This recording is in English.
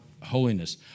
holiness